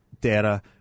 data